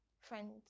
friends